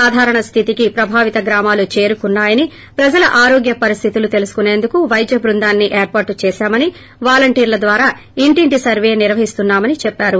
సాధారణ స్థితికి ప్రభావిత గ్రామాలు చేరుకున్నాయని ప్రజల ఆరోగ్య పరిస్థితులు తెలుసుకునేందుకు వైద్య బృందం ఏర్పాటు చేశామని వాలంటీర్ల ద్వారా ఇంటింటి సర్వే నిర్వహిస్తున్నామని చెప్పారు